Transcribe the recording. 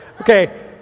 Okay